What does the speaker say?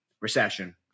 recession